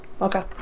Okay